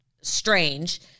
strange